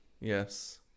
Yes